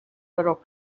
però